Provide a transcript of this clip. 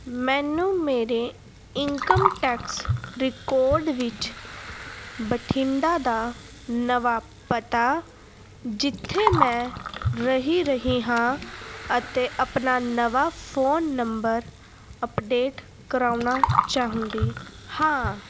ਮੈਨੂੰ ਮੇਰੇ income tax record ਵਿੱਚ ਬਠਿੰਡਾ ਦਾ ਨਵਾਂ ਪਤਾ ਜਿੱਥੇ ਮੈਂ ਰਹਿ ਰਹੀ ਹਾਂ ਅਤੇ ਆਪਣਾ ਨਵਾਂ ਫੋਨ ਨੰਬਰ ਅਪਡੇਟ ਕਰਵਾਉਣਾ ਚਾਹੁੰਦੀ ਹਾਂ